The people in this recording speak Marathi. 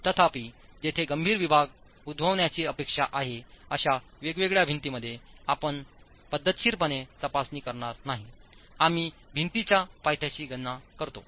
तथापि जिथे गंभीर विभाग उद्भवण्याची अपेक्षा आहे अशा वेगवेगळ्या भिंतींमध्ये आम्ही पद्धतशीरपणे तपासणी करणार नाही आम्ही भिंतीच्या पायथ्याशी गणना करतो